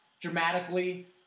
dramatically